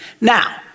Now